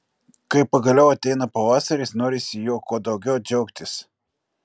kai pagaliau ateina pavasaris norisi juo kuo daugiau džiaugtis